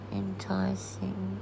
enticing